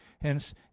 hence